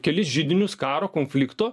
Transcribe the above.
kelis židinius karo konflikto